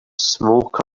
smoke